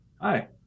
Hi